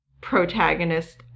protagonist